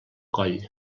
coll